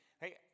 hey